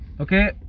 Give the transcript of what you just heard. okay